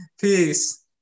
Peace